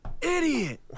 Idiot